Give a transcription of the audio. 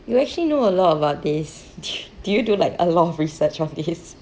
you actually know a lot about this do you do like a lot of research of this